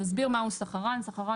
נסביר מהו סחרן.